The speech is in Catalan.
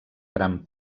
gran